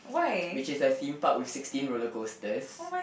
which is a Theme Park with sixteen roller coasters